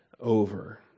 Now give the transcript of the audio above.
over